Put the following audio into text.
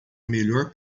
melhor